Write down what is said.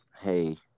hey